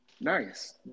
Nice